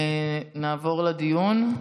נעבור לדיון.